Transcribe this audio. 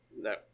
No